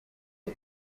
for